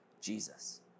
Jesus